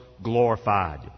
glorified